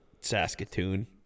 saskatoon